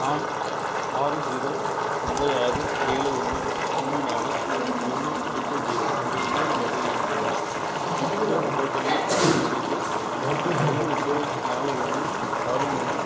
நான் ஆறு ஜீரோ ஒன்போது ஆறு ஏழு ஒன்று மூணு நாலு ஒன்று எட்டு ஜீரோ என்ற இன்னோரு மொபைல் எண் மூலம் இஃப்கோ போர்ட்டலில் லாக்இன் செய்து ரெண்டு ஒன்போது நாலு ஒன்று ஆறு மூணு